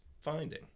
finding